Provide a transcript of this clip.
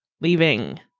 Leaving